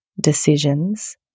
decisions